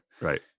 Right